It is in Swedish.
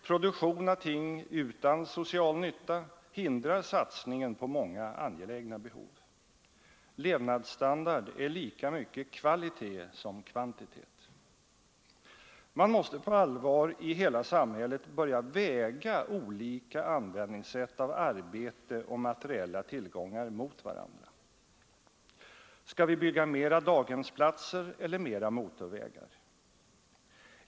Produktion av ting utan social nytta hindrar satsningen på många angelägna behov. Levnadsstandard är lika mycket kvalitet som kvantitet. Man måste på allvar i hela samhället börja väga olika sätt att använda arbete och materiella tillgångar mot varandra. Skall vi bygga mera daghemsplatser eller mera motorvägar?